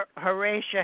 Horatia